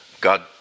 God